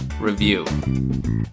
Review